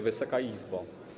Wysoka Izbo!